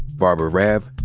barbara raab,